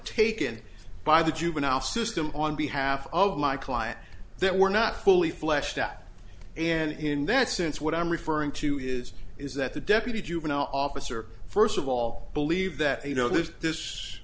taken by the juvenile system on behalf of my client that were not fully fleshed out and in that sense what i'm referring to is is that the deputy juvenile officer first of all believe that you know that th